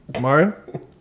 Mario